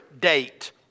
date